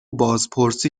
بازپرسی